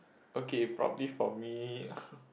okay probably for me